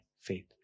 faith